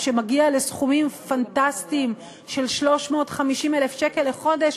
שמגיע לסכומים פנטסטיים של 350,000 שקל לחודש,